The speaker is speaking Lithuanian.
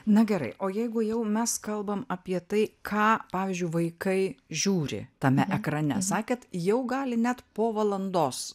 na gerai o jeigu jau mes kalbam apie tai ką pavyzdžiui vaikai žiūri tame ekrane sakėt jau gali net po valandos